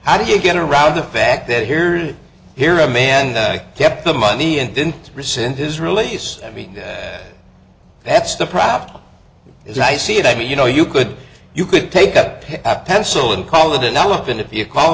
how do you get around the fact that here's here a man that kept the money and didn't rescind his release i mean that's the problem is i see it i mean you know you could you could take up at pencil and call it an elephant if you call